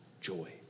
joy